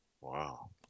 Wow